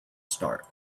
start